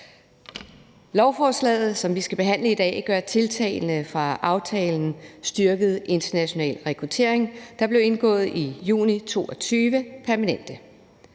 Lovforslaget, som vi skal behandle i dag, gør tiltagene fra aftalen »Styrket international rekruttering«, der blev indgået i juni 2022, permanente.